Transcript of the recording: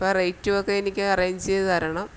അപ്പോള് റേറ്റുമൊക്കെ എനിക്കറേഞ്ച് ചെയ്ത് തരണം